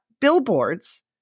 billboards